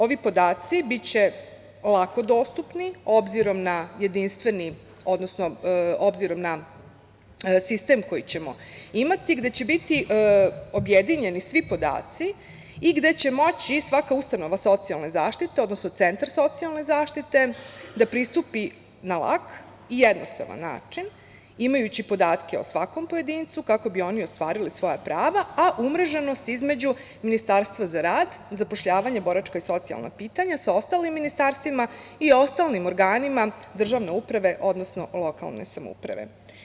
Ovi podaci biće lako dostupni, s obzirom na sistem koji ćemo imati, gde će biti objedinjeni svi podaci i gde će moći svaka ustanova socijalne zaštite, odnosno centar socijalne zaštite da pristupi na lak i jednostavan način, imajući podatke o svakom pojedincu kako bi oni ostvarili svoja prava, a umreženost između Ministarstva za rad, zapošljavanje, boračka i socijalna pitanja sa ostalim ministarstvima i ostalim organima državne uprave, odnosno lokalne samouprave.